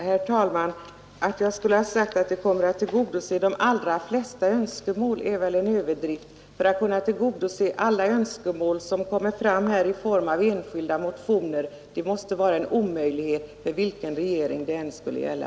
Herr talman! Att jag skulle ha sagt att ett utbyggt familjepolitiskt program kommer att tillgodose de allra flesta önskemål är väl en överdrift, ty att kunna tillgodose alla önskemål som kommer fram här i form av enskilda motioner måste vara en omöjlighet för vilken regering det än skulle gälla.